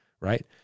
right